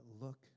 look